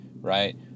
right